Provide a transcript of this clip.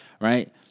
right